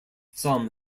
some